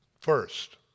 First